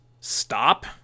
stop